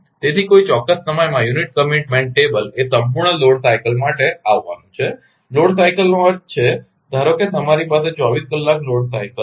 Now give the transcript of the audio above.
તેથી કોઈ ચોક્કસ સમસ્યામાં યુનિટ કમીટમેન્ટ ટેબલ એ સંપૂર્ણ લોડ સાઇકલ માટે આવવાનું છે લોડ સાઇકલનો અર્થ છે ધારો કે તમારી પાસે 24 કલાક લોડ સાઇકલ છે